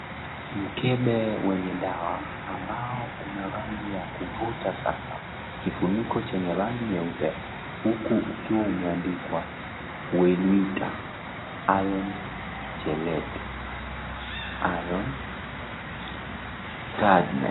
Mkebe mwenye dawa ambao unarangi yakuvuta sana kifuniko chenye rangi nyeupe huku ukiwa umeandikwa welluta iron chalete tiredness .